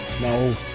No